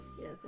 Yes